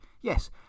Yes